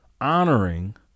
honoring